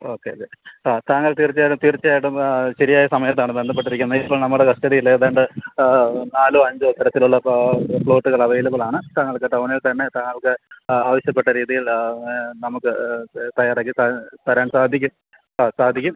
okay അതെ ആ താങ്കള് തീര്ച്ചയായിട്ടും തീര്ച്ചയായിട്ടും ശരിയായ സമയത്താണ് ബന്ധപ്പെട്ടിരിക്കുന്നത് ഇപ്പോള് നമ്മുടെ കസ്റ്റഡിയില് ഏതാണ്ട് നാലോ അഞ്ചോ തരത്തിലുള്ള പ്ലോട്ടുകള് അവൈലബിളാണ് താങ്കള്ക്ക് ടൗണില്തന്നെ താങ്കള്ക്ക് ആ ആവശ്യപ്പെട്ട രീതിയില് നമുക്ക് തയ്യാറാക്കി തരാന് സാധിക്കും ആ സാധിക്കും